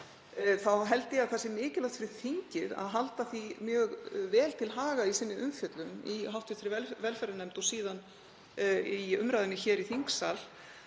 þá held ég að það sé mikilvægt fyrir þingið að halda því mjög vel til haga í umfjöllun sinni í hv. velferðarnefnd og síðan í umræðunni í þingsal